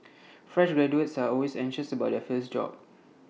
fresh graduates are always anxious about their first job